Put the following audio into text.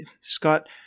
Scott